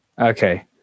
Okay